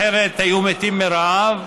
אחרת היו מתים מרעב,